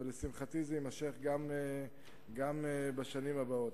ולשמחתי זה יימשך גם בשנים הבאות.